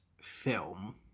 film